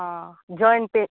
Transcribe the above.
हा joint pen